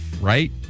Right